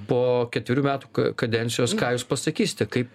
po ketverių metų kadencijos ką jūs pasakysite kaip